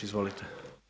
Izvolite.